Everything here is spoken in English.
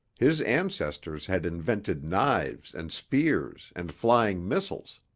his ancestors had invented knives and spears and flying missiles.